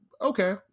Okay